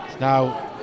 now